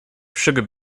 sugar